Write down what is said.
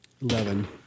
Eleven